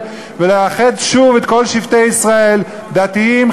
ולאחד שוב את כל שבטי ישראל: דתיים,